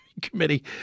committee